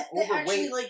overweight